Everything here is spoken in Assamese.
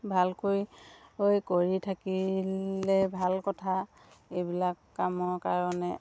ভালকৈ কৰি থাকিলে ভাল কথা এইবিলাক কামৰ কাৰণে